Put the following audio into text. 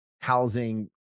housing